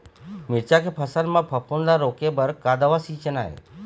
मिरचा के फसल म फफूंद ला रोके बर का दवा सींचना ये?